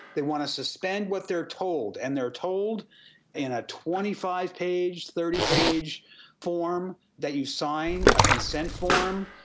they want to suspend what they are told and they are told in a twenty five page, thirty page form that you sign, a consent form,